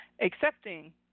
accepting